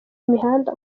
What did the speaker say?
imihanda